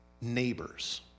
neighbors